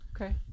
Okay